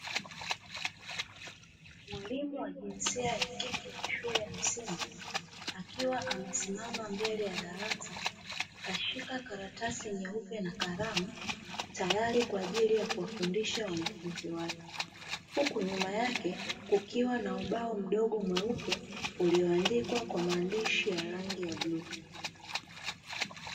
Mwalimu wa jinsia ya kike wa shule ya msingi akiwa amesimama mbele ya darasa kashika karatasi nyeupe na kalamu, tayari kwa ajili ya kuwafundisha wanafunzi wake, huku nyuma yake kukiwa na ubao mdogo mweupe ulioandikwa kwa maandishi ya rangi ya buluu.